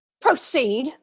Proceed